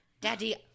Daddy